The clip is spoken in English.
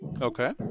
Okay